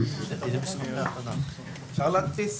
אפשר להדפיס